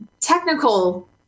technical